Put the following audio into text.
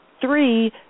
three